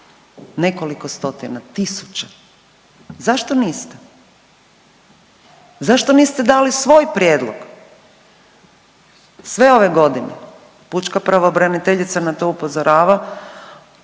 nekoliko stotina tisuća, zašto niste? Zašto niste dali svoj prijedlog sve ove godine? Pučka pravobraniteljica na to upozorava